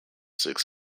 six